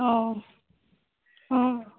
অ' অ'